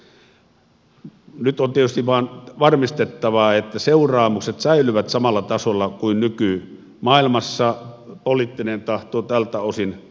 nyt on tietysti vain varmistettava että seuraamukset säilyvät samalla tasolla kuin nykymaailmassa poliittinen tahto tältä osin